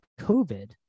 COVID